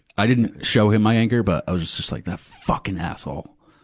i didn't show him my anger, but i was just just like, that fucking asshole!